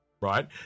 right